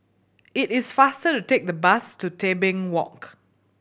it is faster to take the bus to Tebing Walk